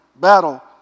battle